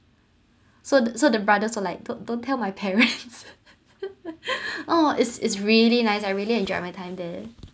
so the so the brothers will like don't don't tell my parents uh it's it's really nice I really enjoyed my time there